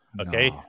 okay